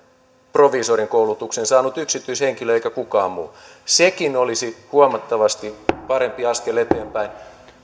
proviisorin koulutuksen saanut yksityishenkilö eikä kukaan muu sekin olisi huomattavasti parempi askel eteenpäin